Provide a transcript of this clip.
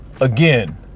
again